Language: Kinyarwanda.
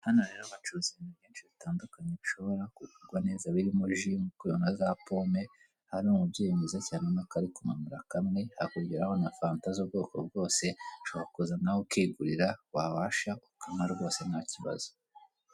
Hano rero bacuruza ibintu byinshi bitandukanye bishobora kugugwa neza birimo, ji za pome hari umubyeyi mwiza cyane akarikumanura kamwe hakugeraho na fanta z'ubwoko bwose ushobora kuza nawe ukigurira wabasha ukamara rwose ntakibazo.